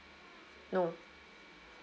no